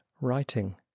writing